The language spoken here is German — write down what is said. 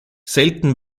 selten